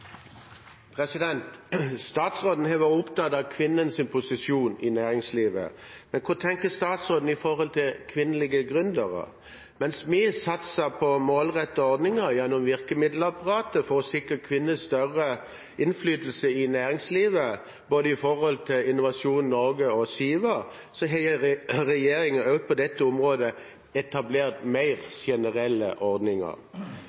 Statsråden har vært opptatt av kvinners posisjon i næringslivet, men hva tenker statsråden om kvinnelige gründere? Mens vi satset på målrettede ordninger gjennom virkemiddelapparatet for å sikre kvinner større innflytelse i næringslivet når det gjelder både Innovasjon Norge og Siva, har regjeringen også på dette området etablert mer generelle ordninger.